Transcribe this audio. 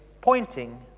pointing